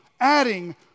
adding